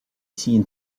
seen